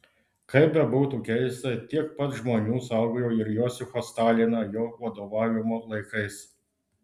kaip bebūtų keista tiek pat žmonių saugojo ir josifą staliną jo vadovavimo laikais